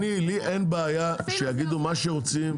לי אין בעיה שיגידו מה שרוצים,